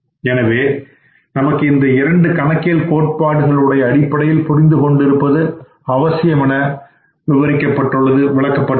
எனவே நமக்கு இந்த இரண்டு கணக்கியல் கோட்பாடுகள் உடைய அடிப்படைகளை புரிந்து கொண்டிருப்பது அவசியம் என விளக்கப்பட்டுள்ளது